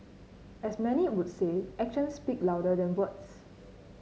as many would say actions speak louder than words